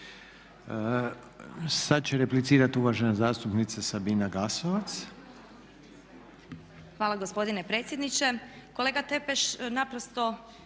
Sad će replicirati uvažena zastupnica Sabina Gasovac. **Glasovac, Sabina (SDP)** Hvala gospodine predsjedniče. Kolega Tepeš, naprosto